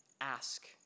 ask